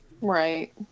right